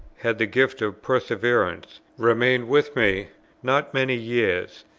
had the gift of perseverance, remained with me not many years,